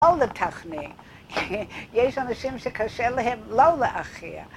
לא לתכנן, יש אנשים שקשה להם לא להכיר.